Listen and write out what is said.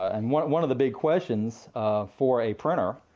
and one one of the big questions for a printer,